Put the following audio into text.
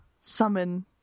summon